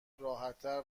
راحتتر